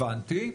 הבנתי.